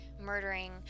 murdering